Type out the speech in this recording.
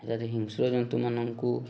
ଯଦି ହିଂସ୍ର ଜନ୍ତୁମାନଙ୍କୁ